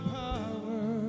power